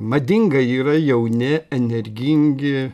madinga yra jauni energingi